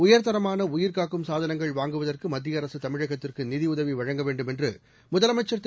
உயர்தரமான உயர்காக்கும் சாதனங்கள் வாங்குவதற்கு மத்திய அரசு தமிழகத்திற்கு நிதியுதவி வழங்க வேண்டும் என்று முதலமைச்சர் திரு